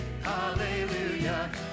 hallelujah